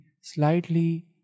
slightly